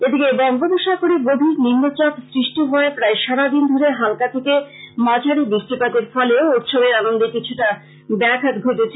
এদিকে বঙ্গোপসাগরে গভীর নিম্নচাপ সৃষ্টি হওয়ায় প্রায় সারা দিন ধরে হালকা থেকে মাঝারি বৃষ্টিপাতের ফলেও উৎসবের আনন্দে কিছুটা ব্যাঘাত ঘটেছে